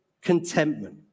contentment